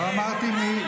לא אמרתי מי,